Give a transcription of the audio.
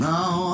Now